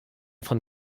von